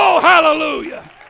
Hallelujah